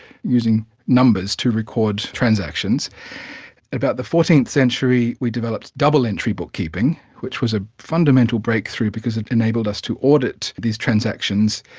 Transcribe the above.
using numbers to record transactions. in about the fourteenth century we developed double entry bookkeeping, which was a fundamental breakthrough because it enabled us to audit these transactions.